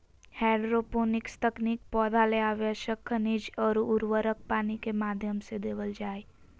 hydroponics तकनीक पौधा ले आवश्यक खनिज अउर उर्वरक पानी के माध्यम से देवल जा हई